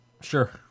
Sure